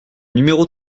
numéro